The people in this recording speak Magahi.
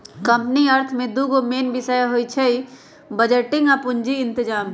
कंपनी अर्थ में दूगो मेन विषय हइ पुजी बजटिंग आ पूजी इतजाम